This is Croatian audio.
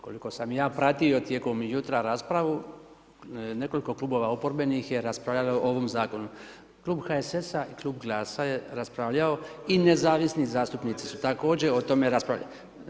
Koliko sam ja pratio tijekom jutra raspravu, nekoliko Klubova oporbenih je raspravljalo o ovom Zakonu, Klub HSS-a i Klub GLAS-a je raspravljao, i nezavisni zastupnici su također o tome raspravljali.